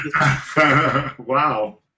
Wow